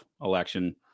election